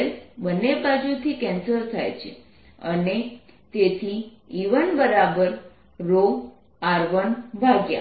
l બંને બાજુથી cancel થાય છે અને તેથી E1r120 છે